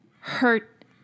hurt